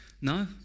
no